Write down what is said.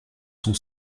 son